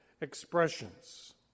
expressions